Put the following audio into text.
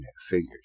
figures